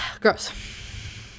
gross